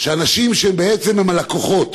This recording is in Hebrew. שאנשים שהם לקוחות,